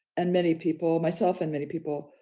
and many people, myself and many people,